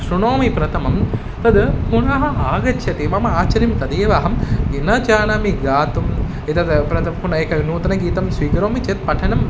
श्रुणोमि प्रथमं तद् पुनः आगच्छति मम आचार्यं तदेव अहं विना जानामि गातुं एतद् प्रथमं पुनः एकं नूतनगीतं स्वीकरोमि चेत् पठनम्